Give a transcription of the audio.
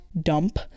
Dump